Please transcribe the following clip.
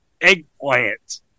Eggplant